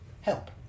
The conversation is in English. help